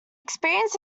experience